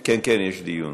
יש דיון,